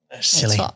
Silly